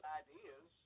ideas